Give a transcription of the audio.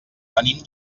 venim